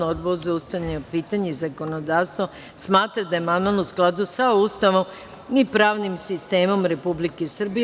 Odbor za ustavna pitanja i zakonodavstvo smatra da je amandman u skladu sa Ustavom i pravnim sistemom Republike Srbije.